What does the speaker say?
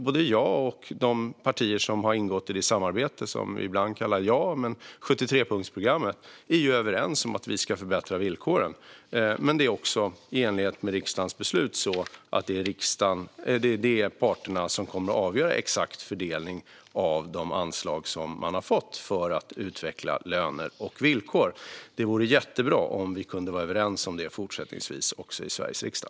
Både jag och de partier som har ingått i det samarbete som vi ibland kallar JA, om 73-punktsprogrammet, är överens om att vi ska förbättra villkoren. Men det är också i enlighet med riksdagens beslut så att det är parterna som kommer att avgöra exakt fördelning av de anslag som man har fått för att utveckla löner och villkor. Det vore jättebra om vi kunde vara överens om det också fortsättningsvis i Sveriges riksdag.